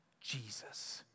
Jesus